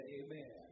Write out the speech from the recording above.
amen